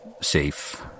safe